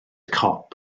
cop